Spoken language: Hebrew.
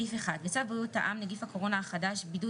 בהצעת צו בריאות העם (נגיף הקורונה החדש) (בידוד